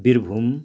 Birbhum